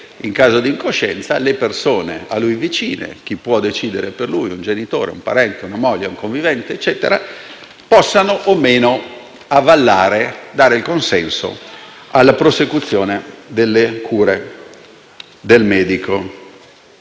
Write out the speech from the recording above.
in caso di incoscienza, chi tra le persone a lui vicine può decidere per lui, e se un genitore, un parente, una moglie o un convivente possono o meno avallare e dare consenso alla prosecuzione delle cure del medico.